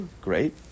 great